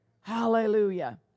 Hallelujah